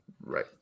Right